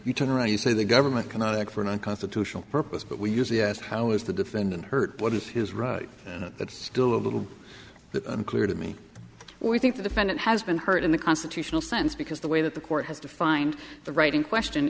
you turn around you say the government cannot act for an unconstitutional purpose but we usually ask how is the defendant hurt what is his right and it's still a little bit unclear to me we think the defendant has been heard in the constitutional sense because the way that the court has defined the right in question